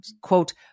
quote